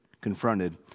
confronted